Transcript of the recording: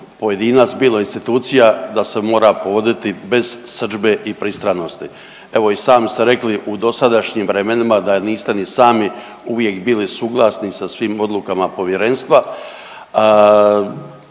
pojedinac, bilo institucija da se mora povoditi bez srdžbe i pristranosti. Evo i sami ste rekli u dosadašnjim vremenima da niste ni sami uvijek bili suglasni sa svim odlukama povjerenstva.